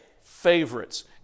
favorites